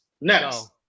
Next